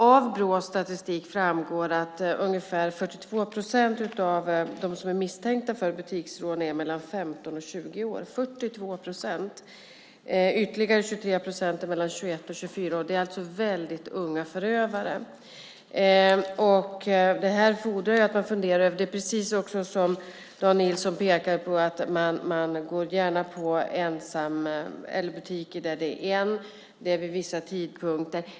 Av Brås statistik framgår att ungefär 42 procent av dem som är misstänkta för butiksrån är 15-20 år - 42 procent! Ytterligare 23 procent är 21-24 år. Det är alltså väldigt unga förövare. Precis som Dan Nilsson pekar på går man gärna på butiker där det är någon som arbetar ensam och vid vissa tidpunkter.